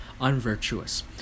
unvirtuous